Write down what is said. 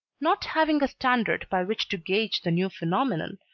not having a standard by which to gauge the new phenomenon,